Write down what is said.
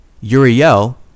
Uriel